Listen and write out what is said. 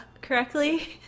correctly